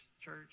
church